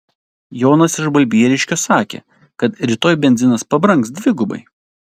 jonas iš balbieriškio sakė kad rytoj benzinas pabrangs dvigubai